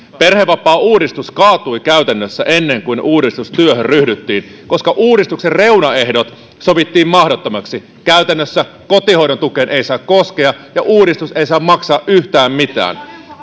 perhevapaauudistus kaatui käytännössä ennen kuin uudistustyöhön ryhdyttiin koska uudistuksen reunaehdot sovittiin mahdottomiksi käytännössä kotihoidon tukeen ei saa koskea ja uudistus ei saa maksaa yhtään mitään